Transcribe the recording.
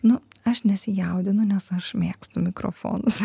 nu aš nesijaudinu nes aš mėgstu mikrofonus